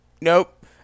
Nope